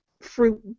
fruit